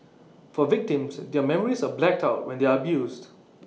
for victims their memories are blacked out when they are abused